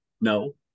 no